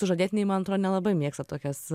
sužadėtiniai man atrodo nelabai mėgsta tokias